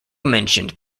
mentioned